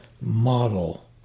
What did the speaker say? model